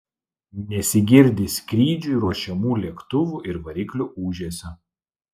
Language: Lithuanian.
nesigirdi skrydžiui ruošiamų lėktuvų ir variklių ūžesio